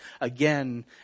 again